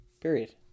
Period